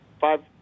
five